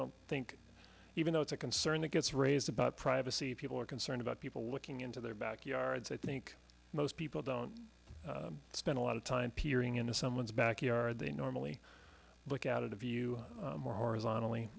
don't think even though it's a concern that gets raised about privacy people are concerned about people looking into their backyards i think most people don't spend a lot of time peering into someone's backyard they normally look out of the view more horizontally